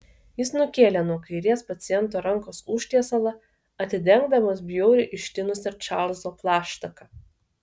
jis nukėlė nuo kairės paciento rankos užtiesalą atidengdamas bjauriai ištinusią čarlzo plaštaką